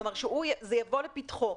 כלומר שזה יבוא לפתחו.